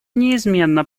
неизменно